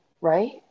right